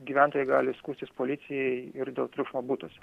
gyventojai gali skųstis policijai ir dėl triukšmo butuose